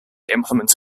implement